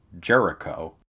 Jericho